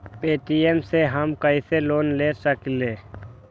Paytm से हम कईसे लोन ले सकीले?